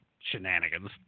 shenanigans